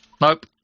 Nope